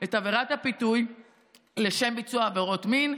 את עבירת הפיתוי לשם ביצוע עבירות מין,